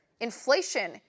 Inflation